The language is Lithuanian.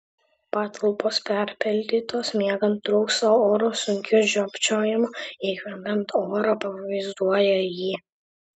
patalpos perpildytos miegant trūksta oro sunkiu žiopčiojimu įkvepiant orą pavaizduoja ji